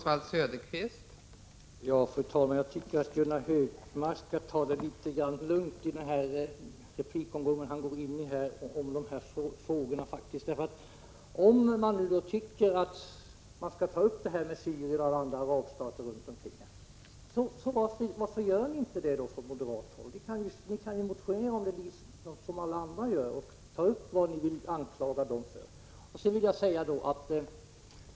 Fru talman! Jag tycker att Gunnar Hökmark skall ta det litet lugnt i den här replikomgången om dessa frågor. Om nu Gunnar Hökmark tycker att vi också skall diskutera Syrien och andra arabstater, varför gör då inte ni moderater det? Ni kan ju som alla andra motionera och anklaga dessa länder för saker och ting.